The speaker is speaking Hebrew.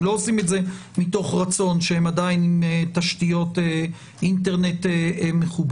הם לא עושים את זה מתוך רצון כשהם עדיין תשתיות אינטרנט מכובות.